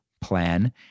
plan